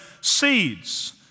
seeds